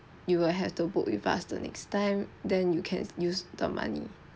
you will have to book with us the next time then you can use the money